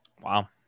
Wow